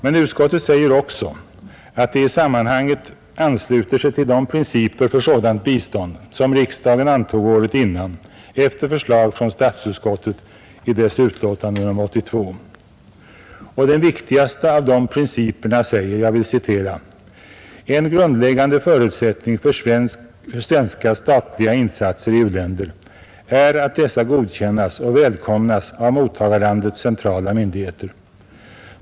Men utskottet säger också, att det i sammanhanget ansluter sig till de principer för sådant bistånd, som riksdagen antog året innan efter förslag från statsutskottet i dess utlåtande nr 82. Den viktigaste av dessa principer säger ”att en grundläggande förutsättning för svenska statliga insatser i u-länder är att dessa godkännes och välkomnas av mottagarlandets centrala myndigheter.